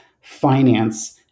finance